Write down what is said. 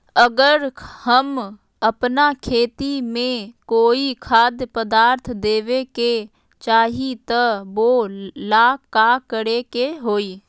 अगर हम अपना खेती में कोइ खाद्य पदार्थ देबे के चाही त वो ला का करे के होई?